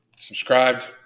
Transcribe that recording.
subscribed